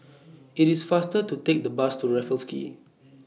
IT IS faster to Take The Bus to Raffles Quay